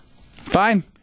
Fine